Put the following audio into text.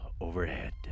overhead